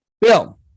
Bill